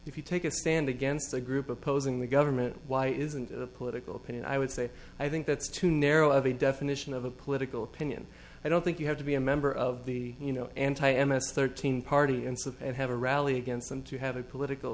take a stand against a group opposing the government why isn't it a political opinion i would say i think that's too narrow of a definition of a political opinion i don't think you have to be a member of the you know anti m s thirteen party and support have a rally against them to have a political